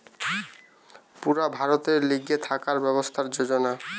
পুরা ভারতের লিগে থাকার ব্যবস্থার যোজনা